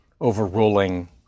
overruling